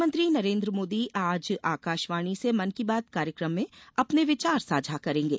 प्रधानमंत्री नरेन्द्र मोदी आज आकाशवाणी से मन की बात कार्यक्रम में अपने विचार साझा करेंगे